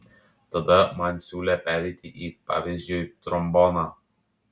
tada man siūlė pereiti į pavyzdžiui tromboną